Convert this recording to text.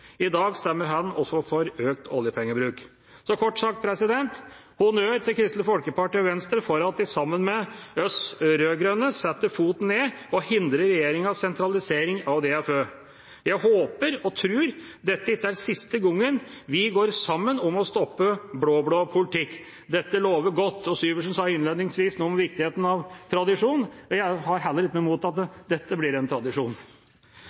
I dag stemmer også han for økt oljepengebruk. Kort sagt: Honnør til Kristelig Folkeparti og Venstre for at de sammen med oss rød-grønne setter foten ned og hindrer regjeringas sentralisering av DFØ. Jeg håper og tror at dette ikke er siste gangen vi går sammen om å stoppe blå-blå politikk. Dette lover godt. Syversen sa innledningsvis noe om viktigheten av tradisjoner, og jeg har heller ikke noe imot at dette blir en tradisjon.